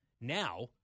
now